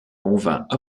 convainc